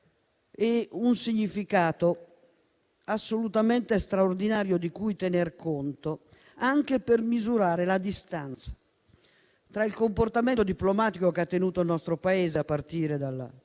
e un significato assolutamente straordinari, di cui tener conto anche per misurare la distanza tra il comportamento diplomatico che ha tenuto il nostro Paese, a partire dal